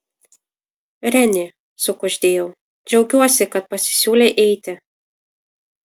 renė sukuždėjau džiaugiuosi kad pasisiūlei eiti